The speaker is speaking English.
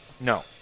No